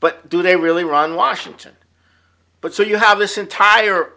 but do they really run washington but so you have this entire